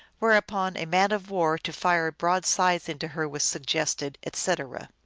whereupon a man-of-war to fire broad sides into her was suggested, etc.